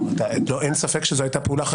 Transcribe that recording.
אני אומר זאת בעדינות רבה.